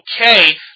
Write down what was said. okay